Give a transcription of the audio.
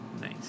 Nice